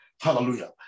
Hallelujah